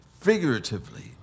figuratively